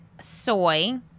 soy